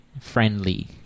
friendly